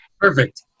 Perfect